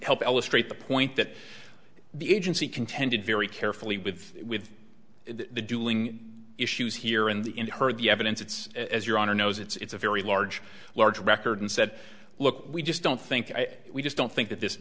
help illustrate the point that the agency contended very carefully with with the dueling issues here in the in her the evidence it's as your honor knows it's a very large large record and said look we just don't think we just don't think that